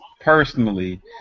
personally